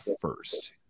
first